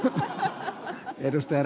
arvoisa puhemies